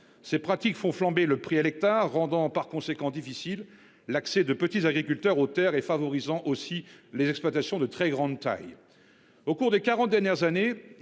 ces pratiques font flamber le prix à l'hectare rendant par conséquent difficile l'accès de petits agriculteurs other et favorisant aussi les exploitations de très grande taille. Au cours des 40 dernières années